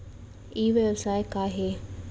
ई व्यवसाय का हे?